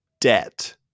debt